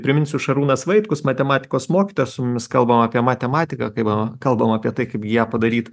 priminsiu šarūnas vaitkus matematikos mokytojas su mumis kalbam apie matematiką kabam kalbam apie tai kaip ją padaryt